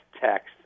text